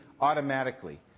automatically